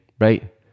right